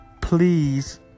Please